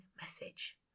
message